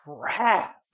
crap